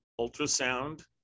ultrasound